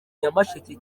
nyamasheke